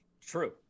True